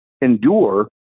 endure